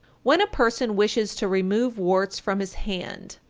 when a person wishes to remove warts from his hand,